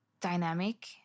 dynamic